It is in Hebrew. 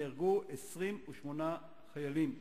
נהרגו 28 חיילים,